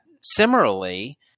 Similarly